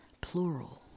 plural